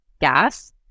gas